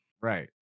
right